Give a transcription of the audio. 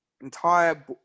entire